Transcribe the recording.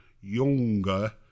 younger